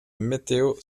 météo